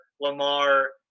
lamar